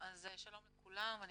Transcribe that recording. שלום לכולם,